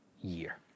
year